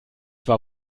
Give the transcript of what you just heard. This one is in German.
war